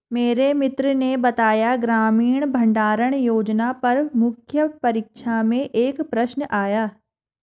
मेरे मित्र ने बताया ग्रामीण भंडारण योजना पर मुख्य परीक्षा में एक प्रश्न आया